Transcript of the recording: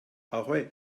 ahoi